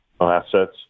assets